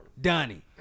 Donnie